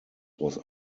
was